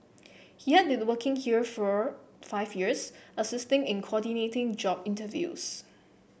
he has been working here for five years assisting in coordinating job interviews